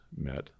met